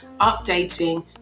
updating